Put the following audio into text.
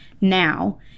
now